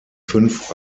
fünf